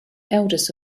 eldest